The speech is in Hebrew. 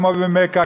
כמו במכה,